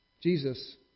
Jesus